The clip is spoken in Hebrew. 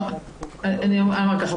אני אומר ככה.